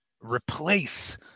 Replace